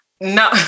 No